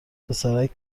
پسرک